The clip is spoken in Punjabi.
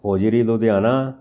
ਹੋਜਰੀ ਲੁਧਿਆਣਾ